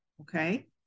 Okay